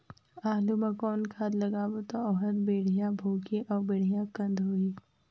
आलू मा कौन खाद लगाबो ता ओहार बेडिया भोगही अउ बेडिया कन्द होही?